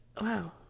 wow